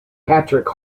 patrick